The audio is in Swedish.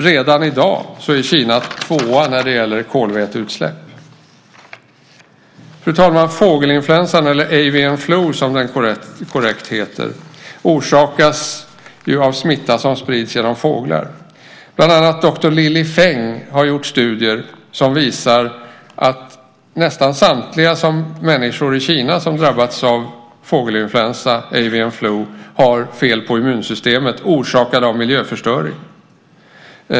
Redan i dag är Kina tvåa när det gäller kolväteutsläpp. Fru talman! Fågelinfluensan eller avian flu , som den korrekt heter, orsakas av smitta som sprids genom fåglar. Bland annat doktor Lili Feng har gjort studier som visar att nästan samtliga människor i Kina som drabbats av fågelinfluensa, avian flu , har fel på immunsystemet, orsakat av miljöförstöring.